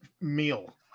meal